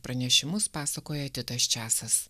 pranešimus pasakoja titas česas